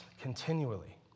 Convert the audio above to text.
continually